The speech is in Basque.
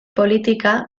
politika